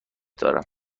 دارم